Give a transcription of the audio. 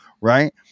Right